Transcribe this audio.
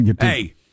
Hey